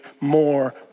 more